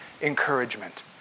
encouragement